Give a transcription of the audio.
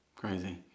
Crazy